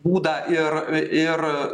būdą ir